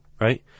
right